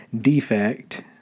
defect